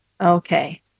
Okay